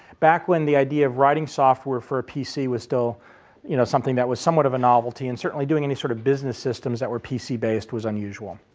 back when the idea of writing software for a pc was still you know something that was somewhat of a novelty and certainly doing any sort of business systems that were pc-based was unusual.